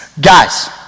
Guys